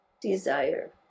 desire